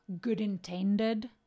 good-intended